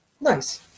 Nice